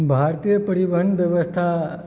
भारतीय परिवहन व्यवस्था